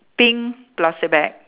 pink plastic bag